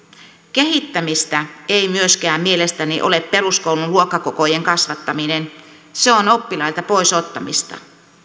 kehittämistä ei myöskään mielestäni ole peruskoulun luokkakokojen kasvattaminen se on oppilailta pois ottamista